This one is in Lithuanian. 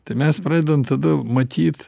tai mes pradedam tada matyt